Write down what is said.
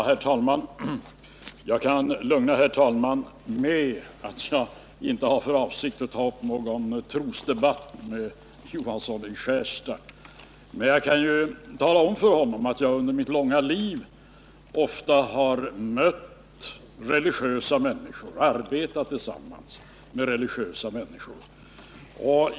Herr talman! Jag kan lugna herr talmannen med att jag inte har för avsikt att ta upp någon trosdebatt med Sven Johansson i Skärstad. Men jag kan tala om för honom att jag under mitt långa liv ofta har mött och arbetat tillsammans med religiösa människor.